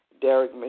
Derek